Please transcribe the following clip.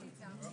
ננעלה